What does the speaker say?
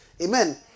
Amen